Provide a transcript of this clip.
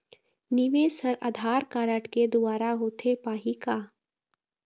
निवेश हर आधार कारड के द्वारा होथे पाही का?